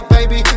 Baby